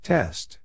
Test